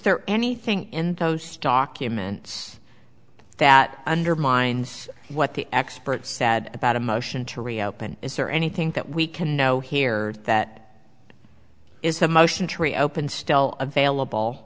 there anything in those documents that undermines what the expert sad about a motion to reopen is there anything that we can know here that is a motion to reopen still available